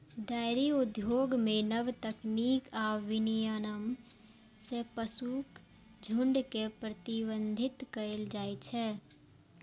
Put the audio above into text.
dairy उद्योग मे नव तकनीक आ विनियमन सं पशुक झुंड के प्रबंधित कैल जाइ छै